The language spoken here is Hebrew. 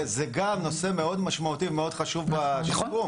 זה גם נושא מאוד משמעותי ומאוד חשוב בשיקום.